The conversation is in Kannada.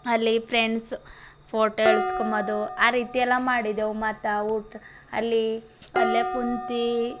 ಅಲ್ಲಿ ಫ್ರೆಂಡ್ಸ್ ಫೋಟೋ ಎಳ್ಸ್ಕೊಂಬೋದು ಆ ರೀತಿಯೆಲ್ಲ ಮಾಡಿದ್ದೆವು ಮತ್ತೆ ಊಟ ಅಲ್ಲಿ ಅಲ್ಲೇ ಕೂತು